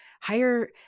higher